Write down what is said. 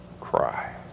cry